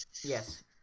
yes